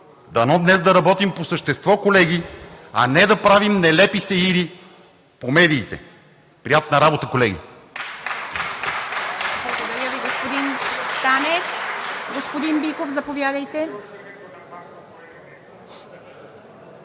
Дано днес да работим по същество, колеги, а не да правим нелепи сеири по медиите! Приятна работа, колеги!